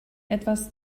etwas